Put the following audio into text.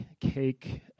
cake